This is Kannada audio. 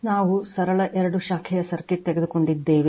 ನಾವು ಸರಳ 2 ಶಾಖೆಯ circuit ತೆಗೆದುಕೊಂಡಿದ್ದೇವೆ